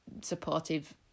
supportive